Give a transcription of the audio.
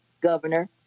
governor